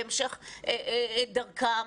להמשך דרכם?